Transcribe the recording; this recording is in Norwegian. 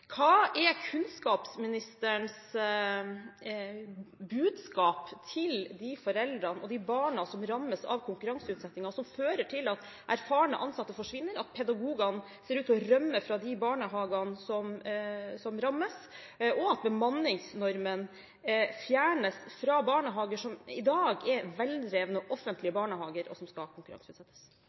Hva er kunnskapsministerens budskap til de foreldrene og de barna som rammes av konkurranseutsettingen, som fører til at erfarne ansatte forsvinner, at pedagogene ser ut til å rømme fra de barnehagene som rammes, og at bemanningsnormen fjernes fra barnehager som i dag er veldrevne offentlige barnehager, og som skal konkurranseutsettes?